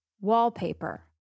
wallpaper